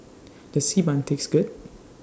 Does Xi Ban Taste Good